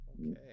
Okay